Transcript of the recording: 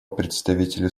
представителю